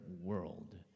world